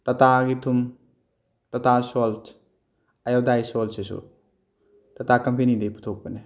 ꯇꯥꯇꯥꯒꯤ ꯊꯨꯝ Tata salt iodised ꯁꯣꯜꯠꯁꯤꯁꯨ ꯇꯥꯇꯥ ꯀꯝꯄꯦꯅꯤꯗꯩ ꯄꯨꯊꯣꯛꯄꯅꯤ